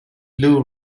blue